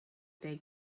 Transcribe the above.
their